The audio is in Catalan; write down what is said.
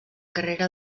carrera